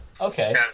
Okay